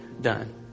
done